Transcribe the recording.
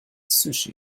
sushi